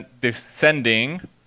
descending